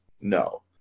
no